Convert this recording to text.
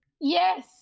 Yes